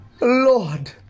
Lord